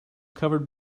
covered